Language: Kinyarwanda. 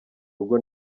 rugo